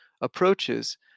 approaches